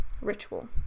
ritual